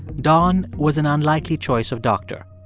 don was an unlikely choice of doctor.